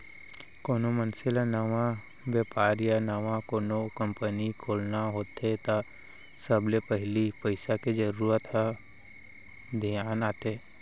कोनो मनसे ल नवा बेपार या नवा कोनो कंपनी खोलना होथे त सबले पहिली पइसा के जरूरत ह धियान आथे